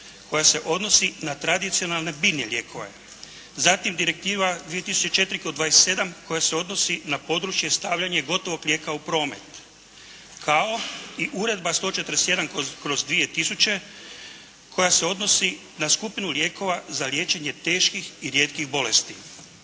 koja se odnosi na tradicionalne biljne lijekove, zatim Direktiva 2004/27 koja se odnosi na područje stavljanja gotovog lijek u promet, kao i Uredba 141/2000 koja se odnosi na skupinu lijekova za liječenje teških i rijetkih bolesti.